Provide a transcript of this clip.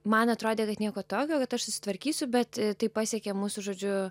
man atrodė kad nieko tokio kad aš susitvarkysiu bet tai pasiekė mūsų žodžiu